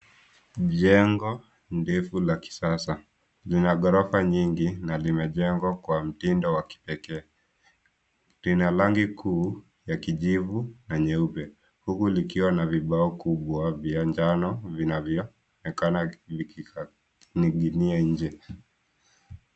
Jengo ndefu la kisasa lina ghorofa nyingi na limejengwa kwa mtindo wa kipekee. Lina rangi kuu ya kijivu na nyeupe, huku likiwa na vibao kubwa vya njano vinavyoonekana vikining'inia nje.